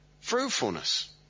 fruitfulness